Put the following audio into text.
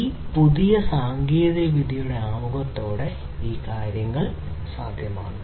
ഈ പുതിയ സാങ്കേതികവിദ്യകളുടെ ആമുഖത്തോടെ ഈ കാര്യങ്ങൾ സാധ്യമാണ്